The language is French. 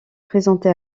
présenté